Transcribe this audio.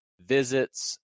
visits